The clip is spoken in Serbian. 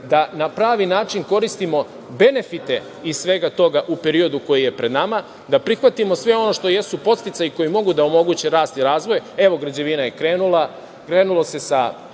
da na pravi način koristimo benefite iz svega toga u periodu koji je pred nama, da prihvatimo sve ono što jesu podsticaji koji mogu da omoguće rast i razvoj. Evo, građevina je krenula. Krenulo se sa